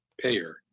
payer